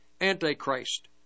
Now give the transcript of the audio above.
Antichrist